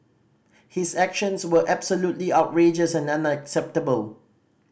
his actions were absolutely outrageous and unacceptable